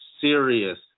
serious